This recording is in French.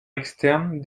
externe